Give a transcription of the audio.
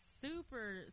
super